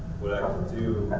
what i do